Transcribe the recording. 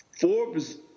Forbes